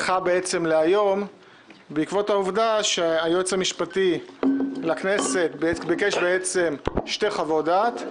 נדחה להיום בעקבות העובדה שהייעוץ המשפטי לכנסת ביקש שתי חוות דעת: